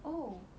oh